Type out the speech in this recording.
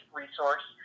resource